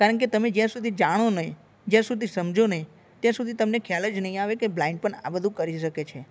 કારણકે તમે જ્યાં સુધી જાણો નહીં જ્યાં સુધી સમજો નહીં ત્યાં સુધી તમને ખ્યાલ જ નહીં આવે કે બ્લાઈન્ડ પણ આ બધું કરી શકે છે